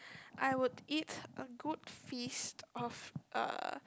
I would eat a good feast of uh